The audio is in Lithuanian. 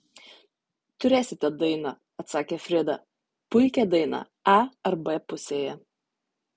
turėsite dainą atsakė frida puikią dainą a ar b pusėje